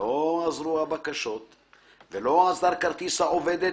ולא עזרו הבקשות / ולא עזר כרטיס העובדת